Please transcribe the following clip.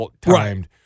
timed